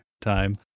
time